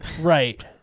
Right